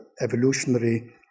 evolutionary